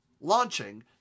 launching